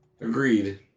agreed